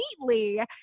completely